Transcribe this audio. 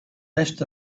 rest